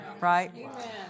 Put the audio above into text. right